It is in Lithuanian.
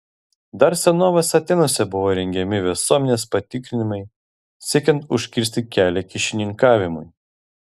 dar senovės atėnuose buvo rengiami visuomenės patikrinimai siekiant užkirsti kelią kyšininkavimui